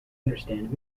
understand